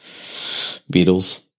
Beatles